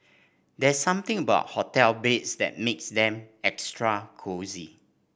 there's something about hotel beds that makes them extra cosy